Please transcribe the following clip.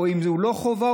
או אם הוא לא חובה,